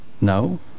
No